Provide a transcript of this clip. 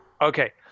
okay